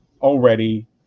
already